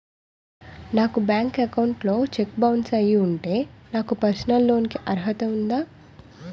నా bank account లో cheque bounce అయ్యి ఉంటే నాకు పర్సనల్ లోన్ కీ అర్హత ఉందా?